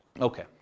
Okay